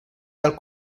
tal